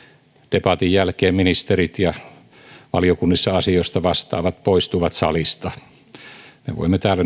debatin jälkeen ministerit ja valiokunnissa asioista vastaavat poistuvat salista me voimme täällä